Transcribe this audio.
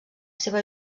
seva